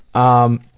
um,